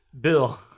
Bill